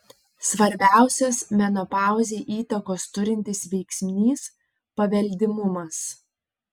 svarbiausias menopauzei įtakos turintis veiksnys paveldimumas